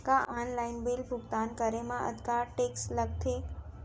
का online bill भुगतान करे मा अक्तहा टेक्स लगथे?